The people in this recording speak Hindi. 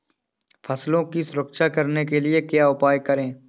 फसलों की सुरक्षा करने के लिए क्या उपाय करें?